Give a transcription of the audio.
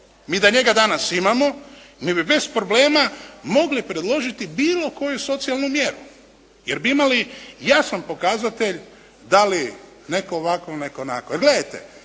Mi da njega danas imamo mi bi bez problema mogli predložiti bilo koju socijalnu mjeru jer bi imali jasan pokazatelj da li netko ovako, netko onako.